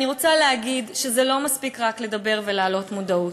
אני רוצה להגיד שזה לא מספיק רק לדבר ולהעלות מודעות.